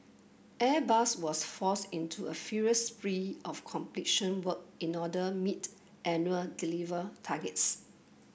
Airbus was forced into a furious spree of completion work in order meet annual deliver targets